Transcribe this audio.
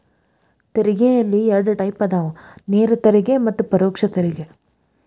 ತೆರಿಗೆಯಲ್ಲಿ ಎರಡ್ ಟೈಪ್ ಅದಾವ ನೇರ ತೆರಿಗೆ ಮತ್ತ ಪರೋಕ್ಷ ತೆರಿಗೆ